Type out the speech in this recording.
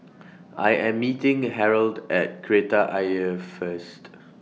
I Am meeting Harold At Kreta Ayer First